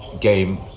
game